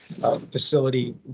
facility